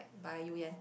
by Youyenn